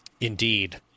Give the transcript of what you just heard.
Indeed